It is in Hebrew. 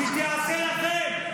טובה, והיא תעשה לכם,